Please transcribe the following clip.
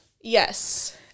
Yes